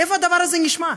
איפה הדבר הזה נשמע?